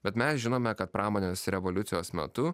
bet mes žinome kad pramonės revoliucijos metu